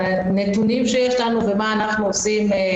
הנתונים שיש לנו ומה אנחנו עושים,